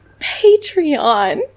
Patreon